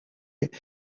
eta